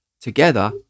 together